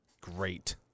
Great